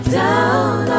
down